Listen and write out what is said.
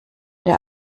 der